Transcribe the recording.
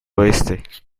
oeste